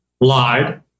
lied